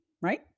right